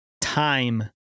time